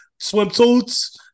swimsuits